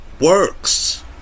works